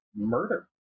murder